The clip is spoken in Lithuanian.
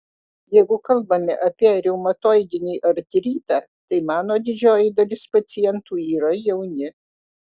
jeigu kalbame apie reumatoidinį artritą tai mano didžioji dalis pacientų yra jauni